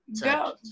go